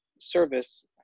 service